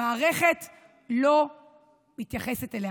המערכת לא מתייחסת אליה